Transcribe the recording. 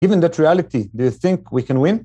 Given that reality, do you think we can win?